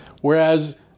whereas